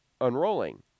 unrolling